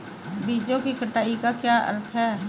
बीजों की कटाई का क्या अर्थ है?